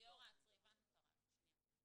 הבנו את הרעיון.